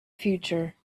future